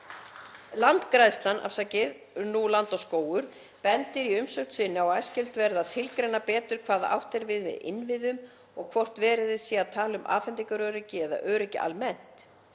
Landgræðslan, nú Land og skógur, bendir í umsögn sinni á að æskilegt væri að tilgreina betur hvað átt er við með innviðum og hvort verið sé að tala um afhendingaröryggi eða öryggi almennt.